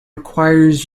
requires